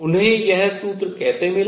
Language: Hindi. उन्हें यह सूत्र कैसे मिला